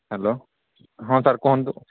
hello ହଁ sir କୁହନ୍ତୁ